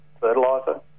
fertilizer